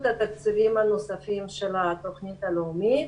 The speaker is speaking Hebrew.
התקציבים הנוספים של התוכנית הלאומית.